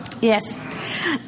Yes